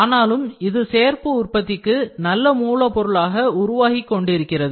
ஆனாலும் இது சேர்ப்பு உற்பத்திக்கு நல்ல மூலப்பொருளாக உருவாகிக் கொண்டிருக்கிறது